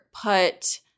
put